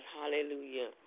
Hallelujah